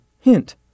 Hint